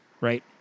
right